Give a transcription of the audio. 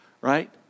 right